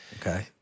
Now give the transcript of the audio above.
okay